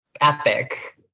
epic